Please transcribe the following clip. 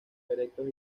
erectos